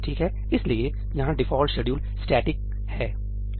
इसलिए यहां default schedule static static' है